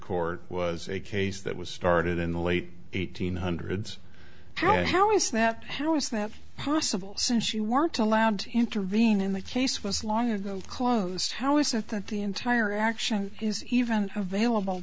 court was a case that was started in the late eighteenth hundreds how is that how is that possible since you weren't allowed to intervene in the case was long ago close to how is it that the entire action is even available